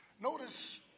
Notice